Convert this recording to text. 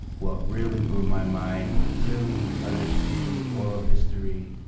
what really blew my mind was really understanding oral history,